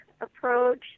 approach